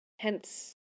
Hence